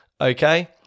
Okay